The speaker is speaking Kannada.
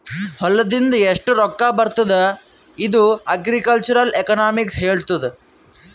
ಹೊಲಾದಿಂದ್ ಎಷ್ಟು ರೊಕ್ಕಾ ಬರ್ತುದ್ ಇದು ಅಗ್ರಿಕಲ್ಚರಲ್ ಎಕನಾಮಿಕ್ಸ್ ಹೆಳ್ತುದ್